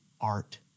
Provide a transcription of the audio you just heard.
art